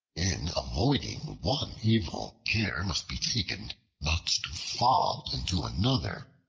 in avoiding one evil, care must be taken not to fall into another.